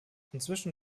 inzwischen